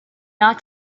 not